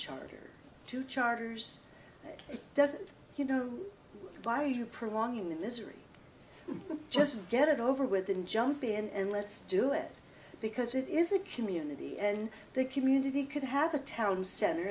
charter to charters it doesn't you do it by you prolong the misery just get it over with and jump in and let's do it because it is a community and the community could have a town center